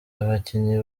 abakinnyi